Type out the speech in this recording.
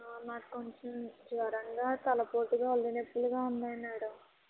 నాకు కొంచెం జ్వరంగా తలపోటుగా ఒళ్ళు నొప్పులుగా ఉన్నాయి మేడం